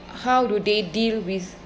how do they deal with